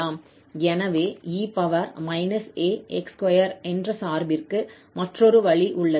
எனவே e ax2 என்ற சார்பிற்கு மற்றொரு வழி உள்ளது